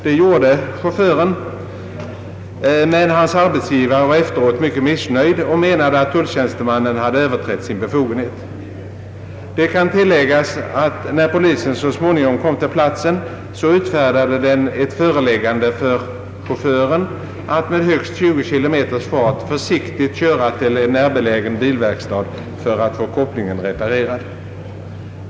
Det gjorde chauffören men hans arbetsgivare var efteråt mycket missnöjd och menade att tulltjänstemannen hade överträtt sin befogenhet. Det kan tilläggas att när polisen så småningom kom till platsen utfärdade den ett föreläggande för chauffören att med högst 20 kilometers fart försiktigt köra till en närbelägen bilverkstad för att få kopplingen reparerad.